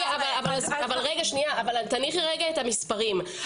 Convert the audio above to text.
תניחי רגע את המספרים.